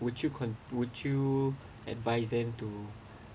would you con~ would you advise them to